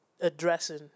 addressing